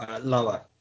Lower